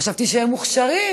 חשבתי שהם מוכשרים.